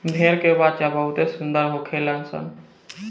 भेड़ के बच्चा बहुते सुंदर होखेल सन